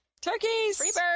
turkeys